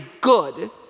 good